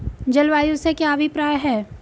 जलवायु से क्या अभिप्राय है?